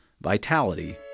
Vitality